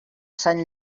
sant